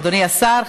אדוני השר,